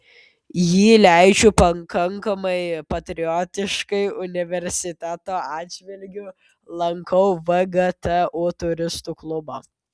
jį leidžiu pakankamai patriotiškai universiteto atžvilgiu lankau vgtu turistų klubą